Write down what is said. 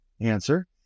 Answer